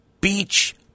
Beach